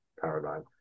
paradigm